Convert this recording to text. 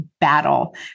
battle